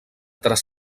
tres